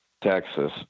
Texas